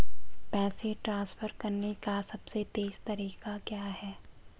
पैसे ट्रांसफर करने का सबसे तेज़ तरीका क्या है?